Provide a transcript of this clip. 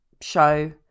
show